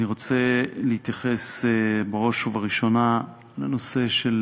אני רוצה להתייחס בראש ובראשונה לנושא של